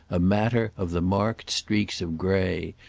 a matter of the marked streaks of grey,